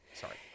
Sorry